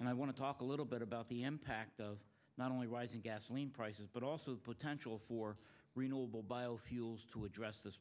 and i want to talk a little bit about the empacher of not only wise in gasoline prices but also the potential for renewable biofuels to address this